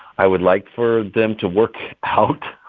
i would like for them to work out,